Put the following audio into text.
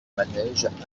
manège